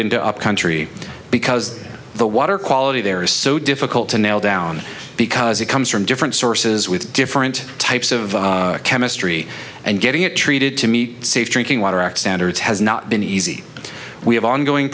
into upcountry because the water quality there is so difficult to nail down because it comes from different sources with different types of chemistry and getting it treated to meet safe drinking water act standards has not been easy and we have ongoing